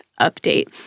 update